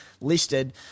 listed